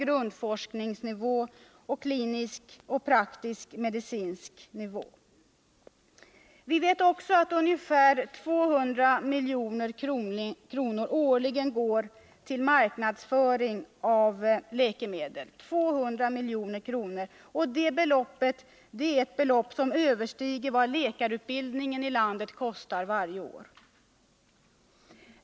grundforskningsnivå och på klinisk, praktisk medicinsk, nivå. Vi vet också att ungefär 200 milj.kr. årligen går till marknadsföring av läkemedel. Det är ett belopp som överstiger vad läkarutbildningen kostar landet varje år!